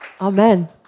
Amen